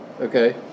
Okay